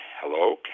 hello